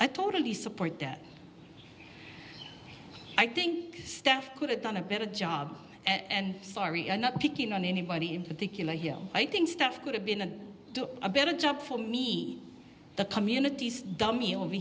i totally support that i think staff could have done a better job and sorry i'm not picking on anybody in particular here i think stuff could have been a better time for me the communities dummy over